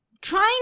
trying